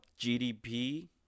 GDP